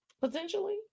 potentially